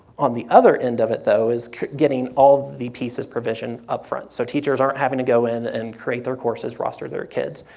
on the other end of it though, is getting all the pieces provision up front, so teachers aren't having to go in and create their courses, roster their kids.